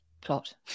plot